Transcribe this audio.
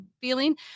feeling